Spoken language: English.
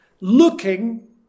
looking